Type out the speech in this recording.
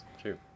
True